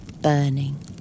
burning